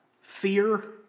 fear